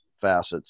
facets